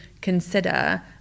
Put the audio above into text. consider